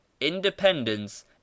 Independence